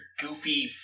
goofy